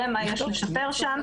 מה יש לשפר שם.